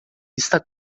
está